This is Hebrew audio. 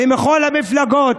ומכל המפלגות,